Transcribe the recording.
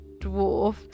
dwarf